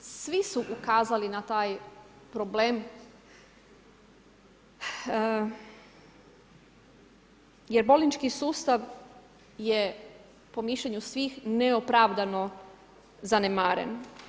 Svi su ukazali na taj problem jer bolnički sustav je po mišljenju svih neopravdano zanemaren.